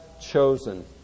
chosen